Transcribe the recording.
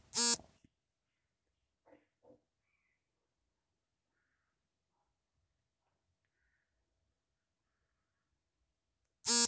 solvent extraction ಪ್ಲಾಂಟ್ನಿಂದ ಮಾಡಿದ್ ಎಣ್ಣೆನ ಅಡುಗೆ ಎಣ್ಣೆಯಾಗಿ ಉಪಯೋಗ್ಸಕೆ ಆಗಲ್ಲ